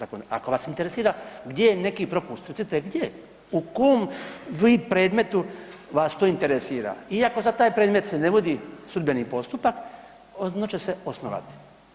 Ako vas interesira gdje je neki propust recite gdje, u kom vi predmetu vas to interesira iako za taj predmet se ne vodi sudbeni postupak ono će se osnovati.